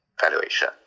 valuation